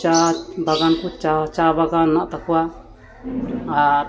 ᱪᱟ ᱵᱟᱜᱟᱱ ᱠᱚ ᱪᱟ ᱪᱟ ᱵᱟᱜᱟᱱ ᱦᱮᱱᱟᱜ ᱛᱟᱠᱚᱣᱟ ᱟᱨ